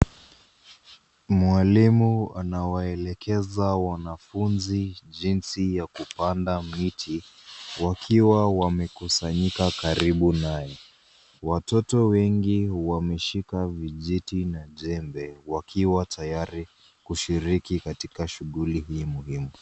Mwalimu akawaeleza wanafunzi jinsi ya kupanda miti wakiwa wamekusanyika karibu naye. Watoto wengi wameshika vijiti na jembe wakiwa tayari kushiriki katika shughuli hii muhimu.